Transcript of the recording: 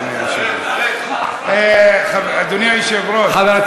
אדוני היושב-ראש.